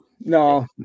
no